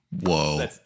Whoa